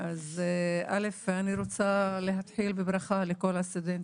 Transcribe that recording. אני רוצה להתחיל בברכה לכל הסטודנטים,